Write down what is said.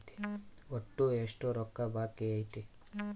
ಒಟ್ಟು ಎಷ್ಟು ರೊಕ್ಕ ಬಾಕಿ ಐತಿ?